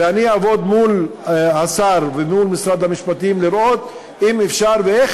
ואני אעבוד מול השר ומול משרד המשפטים לראות אם אפשר ואיך